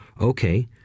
okay